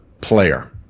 player